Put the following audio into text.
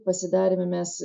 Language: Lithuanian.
pasidarėme mes